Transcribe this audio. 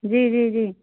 जी जी जी